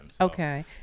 Okay